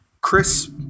Chris